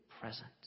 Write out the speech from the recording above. present